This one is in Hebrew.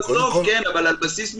בסוף כן, אבל על בסיס מקצועי.